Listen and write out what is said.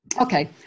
Okay